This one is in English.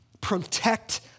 protect